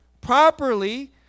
properly